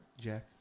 Jack